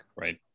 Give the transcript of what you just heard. Right